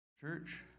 church